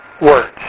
words